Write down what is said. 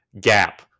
gap